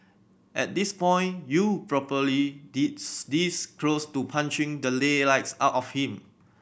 at this point you probably this this close to punching the lay lights out of him